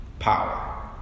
power